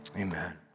amen